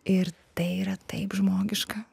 ir tai yra taip žmogiška